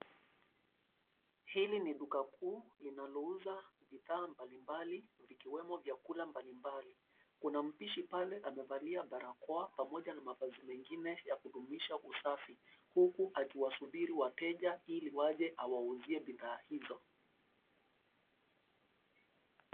Hili ni duka kuu linalouza bidhaa mbali mbali vikiwemo vyakula mbali mbali. Kuna mpishi pale anavalia barakoa pamoja na mavazi mengine ya kudumisha usafi akiwasubiri wateja ili waje awauzie bidhaa hizo.